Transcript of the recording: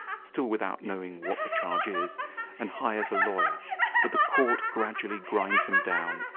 still without knowing what the charge is and hires a lawyer but the court gradually grinds him down.